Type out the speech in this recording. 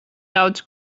daudz